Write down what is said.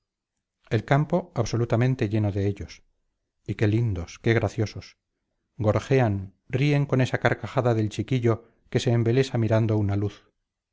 el campo absolutamente lleno de ellos y qué lindos qué graciosos gorjean ríen con esa carcajada del chiquillo que se embelesa mirando una luz